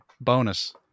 Bonus